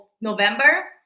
November